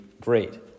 great